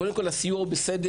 קודם כול, הסיוע בסדר.